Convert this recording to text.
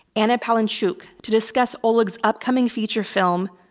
anna palenchuk, to discuss oleg's upcoming feature film,